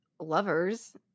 lovers